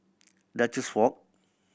Duchess Walk